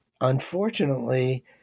unfortunately